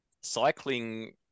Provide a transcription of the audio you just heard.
cycling